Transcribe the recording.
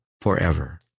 forever